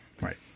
right